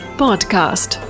podcast